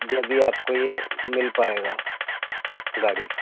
جبھی آپ کو یہ مل پائے گا گاڑی